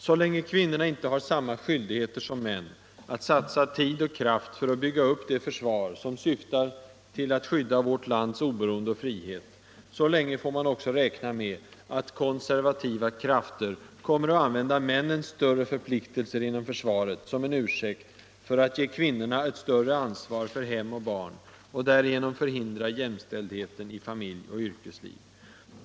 Så länge kvinnorna inte har samma skyldigheter som männen att satsa tid och kraft för att bygga upp det försvar som syftar till att skydda vårt lands oberoende och frihet, så länge får man också räkna med att konservativa krafter kommer att använda männens större förpliktelser inom försvaret som en ursäkt för att ge kvinnorna ett större ansvar för hem och barn, och därigenom förhindra jämställdheten i familj och yrkesliv.